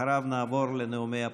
ואחריו נעבור לנאומי הבכורה,